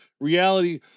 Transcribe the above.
Reality